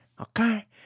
Okay